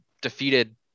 defeated